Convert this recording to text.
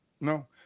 No